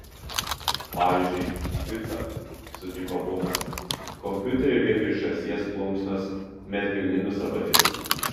pavyzdžiui picą sutiko bunas kompiuterį vietoj žąsies plunksnos medvilninius apatinius